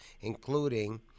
including